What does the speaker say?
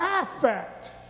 affect